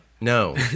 No